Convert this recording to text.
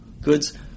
goods